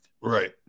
Right